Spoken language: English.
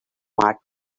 mark